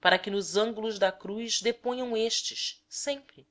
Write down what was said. para que nos ângulos da cruz deponham estes sempre